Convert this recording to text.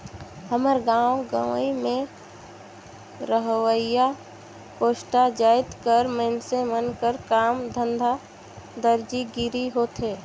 हमर गाँव गंवई में रहोइया कोस्टा जाएत कर मइनसे मन कर काम धंधा दरजी गिरी होथे